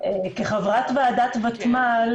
כחברת ועדת ותמ"ל,